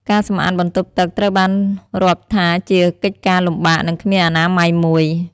ការសម្អាតបន្ទប់ទឹកត្រូវបានរាប់ថាជាកិច្ចការលំបាក និងគ្មានអនាម័យមួយ។